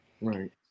Right